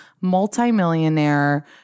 multimillionaire